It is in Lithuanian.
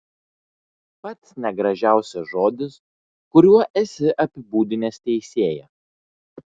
pats negražiausias žodis kuriuo esi apibūdinęs teisėją